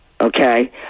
Okay